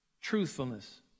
Truthfulness